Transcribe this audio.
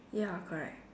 ya correct